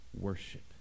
worship